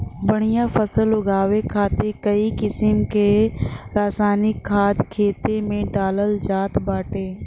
बढ़िया फसल उगावे खातिर कई किसिम क रासायनिक खाद खेते में डालल जात बाटे